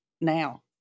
now